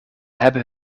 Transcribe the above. hebben